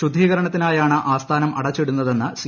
ശുദ്ധീകരണത്തി നായാണ് ആസ്ഥാനം അടച്ചിടുന്നതെന്ന് സി